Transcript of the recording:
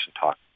talk